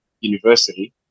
university